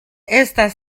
estas